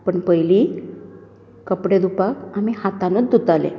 पुण पयलीं कपडे धुवपाक आमी हातानच धुंवताले